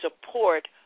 support